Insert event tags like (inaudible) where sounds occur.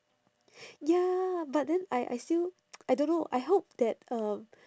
ya but then I I still (noise) I don't know I hope that um